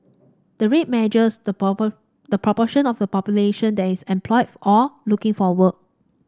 the rate measures the the proportion of the population that is employed or looking for work